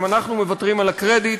גם אנחנו מוותרים על הקרדיט.